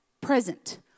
present